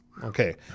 Okay